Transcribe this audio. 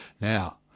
now